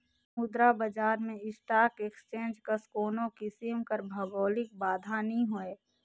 मुद्रा बजार में स्टाक एक्सचेंज कस कोनो किसिम कर भौगौलिक बांधा नी होए